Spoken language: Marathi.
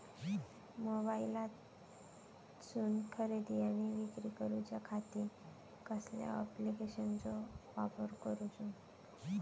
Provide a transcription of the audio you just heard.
मोबाईलातसून खरेदी आणि विक्री करूच्या खाती कसल्या ॲप्लिकेशनाचो वापर करूचो?